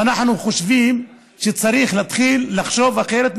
ואנחנו חושבים שצריך להתחיל לחשוב אחרת,